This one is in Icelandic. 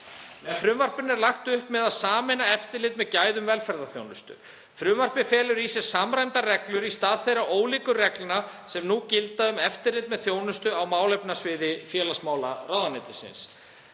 Með frumvarpinu er lagt upp með að sameina eftirlit með gæðum velferðarþjónustu. Frumvarpið felur í sér samræmdar reglur í stað þeirra ólíku reglna sem nú gilda um eftirlit með þjónustu á málefnasviði félagsmálaráðuneytisins.